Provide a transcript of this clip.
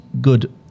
good